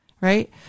Right